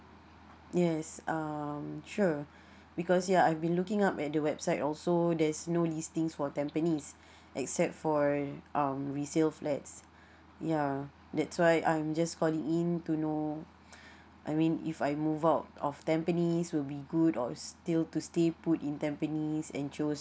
yes um sure because ya I've been looking up at the website also there's no listings for tampines except for um resale flats yeah that's why I'm just calling in to know I mean if I move out of tampines will be good or still to stay put in tampines and chose